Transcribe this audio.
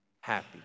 happy